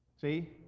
See